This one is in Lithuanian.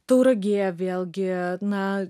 tauragė vėlgi na